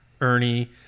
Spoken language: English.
Ernie